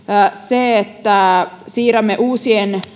se että siirrämme uusien